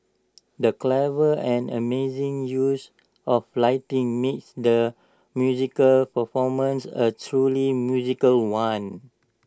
the clever and amazing use of lighting made the musical performance A truly magical one